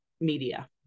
media